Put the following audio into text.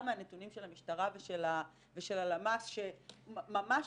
מהנתונים של המשטרה ושל הלמ"ס שאנחנו ממש